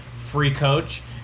FREECOACH